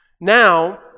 now